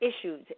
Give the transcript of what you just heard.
issues